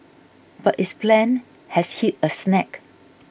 but its plan has hit a snag